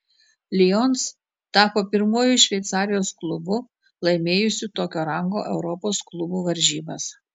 lions tapo pirmuoju šveicarijos klubu laimėjusiu tokio rango europos klubų varžybas